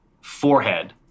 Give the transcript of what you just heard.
forehead